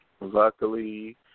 Luckily